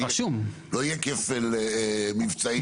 לא יהיה כפל מבצעים.